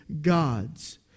God's